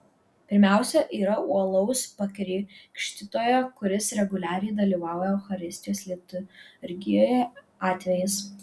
pirmiausia yra uolaus pakrikštytojo kuris reguliariai dalyvauja eucharistijos liturgijoje atvejis